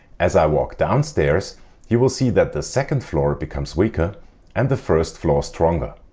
as i walk downstairs you will see that the second floor becomes weaker and the first floor stronger,